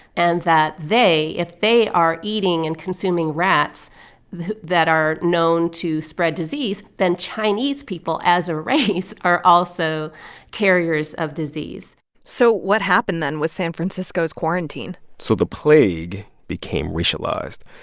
and that they if they are eating and consuming rats that are known to spread disease, then chinese people, as a race, are also carriers of disease so what happened, then, with san francisco's quarantine? so the plague became racialized,